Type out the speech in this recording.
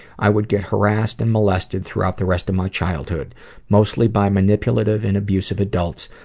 i would get harassed and molested throughout the rest of my childhood mostly by manipulative and abusive adults,